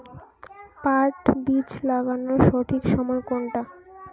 পাট বীজ লাগানোর সঠিক সময় কোনটা?